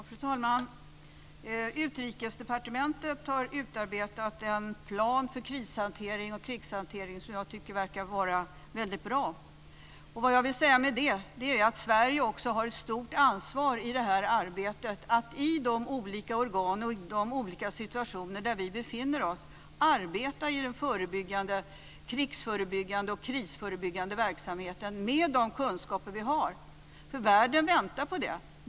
Fru talman! Utrikesdepartementet har utarbetat en plan för krishantering och krigshantering som jag tycker verkar vara väldigt bra. Vad jag vill säga med det är att Sverige också har ett stort ansvar i detta arbete att i de olika organ och i de olika situationer där vi befinner oss arbeta i den krigsförebyggande och krisförebyggande verksamheten med de kunskaper som vi har. Världen väntar nämligen på det.